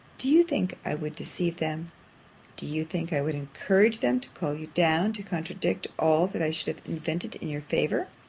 do you think i would deceive them do you think i would encourage them to call you down, to contradict all that i should have invented in your favour?